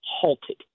halted